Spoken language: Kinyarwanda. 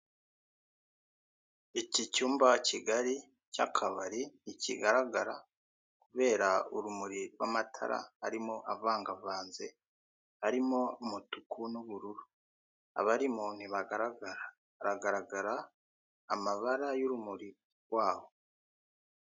Iki cyuma kigari cy'akabari ntigikaragara kubera urumuri rw'amatara arimo avangavanze arimo umutuku n'ubururu abarimo ntibagaragara hagaragara amabara y'urumuri rwaho.